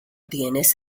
tienes